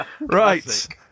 Right